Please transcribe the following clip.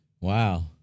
Wow